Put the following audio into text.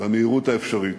במהירות האפשרית.